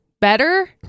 better